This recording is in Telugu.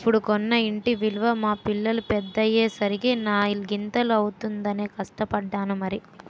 ఇప్పుడు కొన్న ఇంటి విలువ మా పిల్లలు పెద్దయ్యే సరికి నాలిగింతలు అవుతుందనే కష్టపడ్డాను మరి